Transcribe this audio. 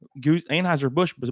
Anheuser-Busch